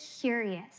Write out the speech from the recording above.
curious